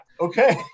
okay